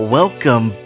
Welcome